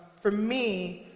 for me,